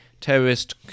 terrorist